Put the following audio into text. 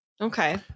Okay